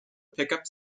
pickup